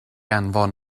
anfon